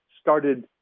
started